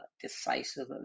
decisive